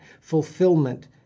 fulfillment